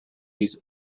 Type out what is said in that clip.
his